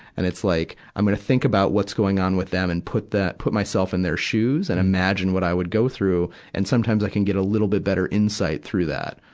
and it's like, i'm gonna think about what's going on with them and put that, put myself in their shoes and imagine what i would go through. and sometimes i can get a little bit better insight through that.